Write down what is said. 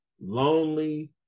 lonely